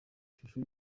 ishusho